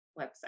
website